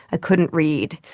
i couldn't read.